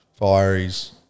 fireys